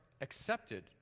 accepted